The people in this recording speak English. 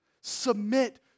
submit